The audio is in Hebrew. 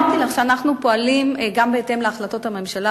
אמרתי לך שאנחנו פועלים גם בהתאם להחלטות הממשלה